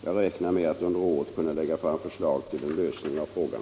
Jag räknar med att under året kunna lägga fram förslag till en lösning av frågan.